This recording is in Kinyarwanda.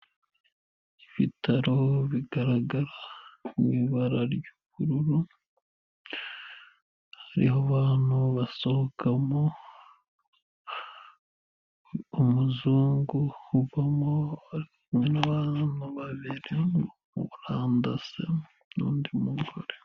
Ibitaro bigaragara mu ibara ry'ubururu, hariho abantu basohokamo, umuzungu uvamo ari kumwe n'abamama babiri, umurandase n'undi mugore.